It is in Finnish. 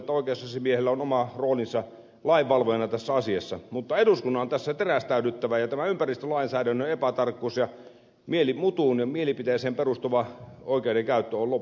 uskon että oikeusasiamiehellä on oma roolinsa lainvalvojana tässä asiassa mutta eduskunnan on tässä terästäydyttävä ja tämän ympäristölainsäädännön epätarkkuuden ja mutuun mielipiteeseen perustuvan oikeudenkäytön on loputtava